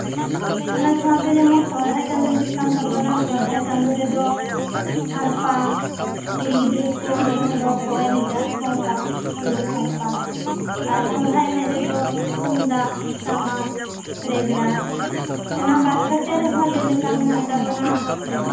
ᱚᱱᱟ ᱥᱟᱶᱛᱮ ᱡᱮᱢᱚᱱ ᱥᱚᱨᱦᱟᱭ ᱪᱟᱸᱫᱳ ᱦᱤᱡᱩᱜ ᱠᱟᱱ ᱛᱟᱵᱚᱱᱟ ᱥᱚᱨᱦᱟᱭ ᱪᱟᱸᱫᱳ ᱨᱮᱫᱚ ᱥᱟᱲᱯᱟ ᱠᱩᱲᱤ ᱜᱤᱫᱽᱨᱟᱹ ᱠᱚ ᱡᱟᱦᱟᱸ ᱫᱚᱠᱚ ᱮᱱᱮᱡᱟ ᱥᱟᱲᱯᱟ ᱚᱱᱟ ᱫᱚ ᱥᱟᱲᱯᱟ ᱟᱨ ᱥᱚᱨᱦᱟᱭ ᱮᱱᱮᱡ ᱨᱮᱫᱚ ᱛᱩᱢᱫᱟᱜ ᱴᱟᱢᱟᱠ ᱨᱮᱜᱽᱲᱟ ᱚᱱᱟ ᱵᱟᱫ ᱠᱟᱛᱮᱜ ᱨᱮᱦᱚᱸ ᱡᱮᱞᱮᱠᱟ ᱢᱮᱱᱟᱜ ᱛᱟᱵᱚᱱᱟ